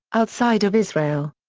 outside of israel.